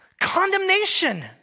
Condemnation